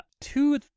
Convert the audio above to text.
Two